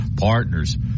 partners